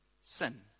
sin